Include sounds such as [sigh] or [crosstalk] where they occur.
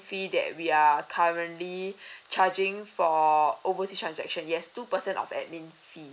fee that we are currently [breath] charging for overseas transaction yes two person of admin fee